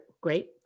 great